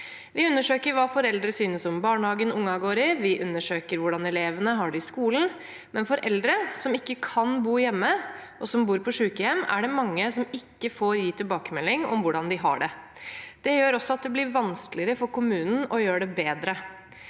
Vi undersøker hva foreldrene synes om barnehagen barna går i, vi undersøker hvordan elevene har det i skolen, men blant de eldre som ikke kan bo hjemme, og som bor på sykehjem, er det mange som ikke får gitt tilbakemelding om hvordan de har det. Det gjør også at det blir vanskeligere for kommunen å gjøre det bedre.